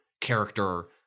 character